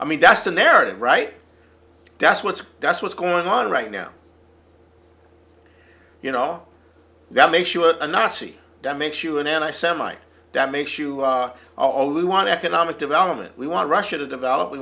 i mean that's the narrative right that's what's that's what's going on right now you know that makes you a nazi that makes you an anti semite that makes you all we want to economic development we want russia to develop we